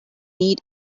need